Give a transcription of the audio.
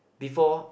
before